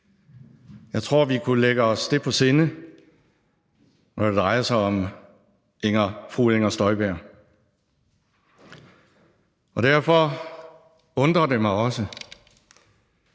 Jeg tror, vi kunne lægge os det på sinde, når det drejer sig om fru Inger Støjberg. Derfor undrer det mig også,